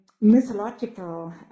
mythological